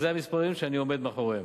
אלה המספרים שאני עומד מאחוריהם,